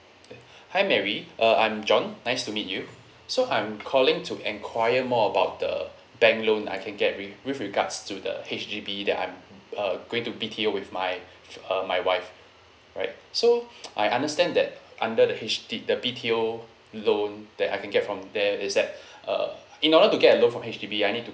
hi mary uh I'm john nice to meet you so I'm calling to enquire more about the bank loan I can get with with regards to the H_D_B that I'm uh going to be tier with my uh my wife right so I understand that under the H_D~ the B_T_O loan that I can get from there is that uh in order to get a loan from H_D_B I need to